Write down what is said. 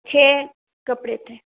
छ कपड़े थे